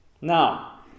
Now